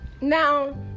Now